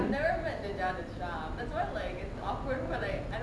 awkward